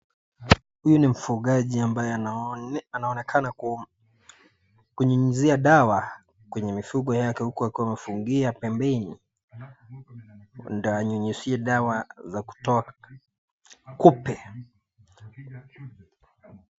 Huyu ni mfugaji ambaye anaonekana kunyunyizia dawa kwenye mifugo yake uku akiwa amefungia pembeni ndio anyunyizia dawa za kutoa kupe.